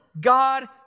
God